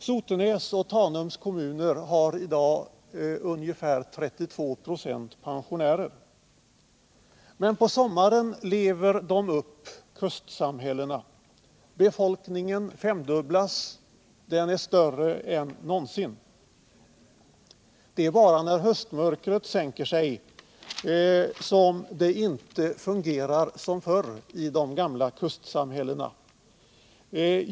Sotenäs och Tanums kommuner har i dag ungefär 32 26 pensionärer. Men på sommaren lever kustsamhällena upp. Befolkningen femdubblas och blir större än någonsin. Det är bara när höstmörkret sänker sig som det inte fungerar som förr i de gamla kustsamhällena.